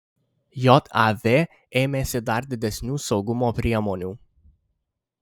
jav ėmėsi dar didesnių saugumo priemonių